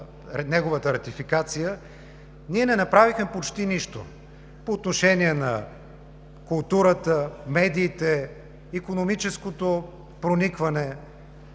неговата ратификация, ние не направихме почти нищо по отношение на културата, медиите, икономическото проникване,